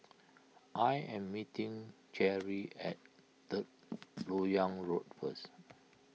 I am meeting Cherri at Third Lok Yang Road first